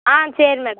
ஆ சரி மேடம்